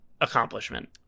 accomplishment